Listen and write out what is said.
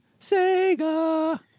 Sega